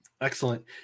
Excellent